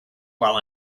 while